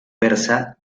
persa